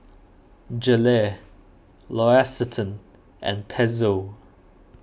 Gelare L'Occitane and Pezzo